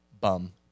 bum